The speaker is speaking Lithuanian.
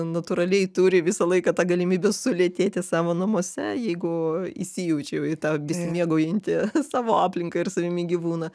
natūraliai turi visą laiką tą galimybę sulėtėti savo namuose jeigu įsijaučia jau į tą besimėgaujantį savo aplinka ir savimi gyvūną